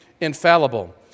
infallible